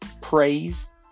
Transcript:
Praise